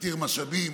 עתיר משאבים,